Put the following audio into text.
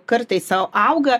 kartais sau auga